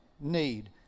need